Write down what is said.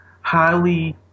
highly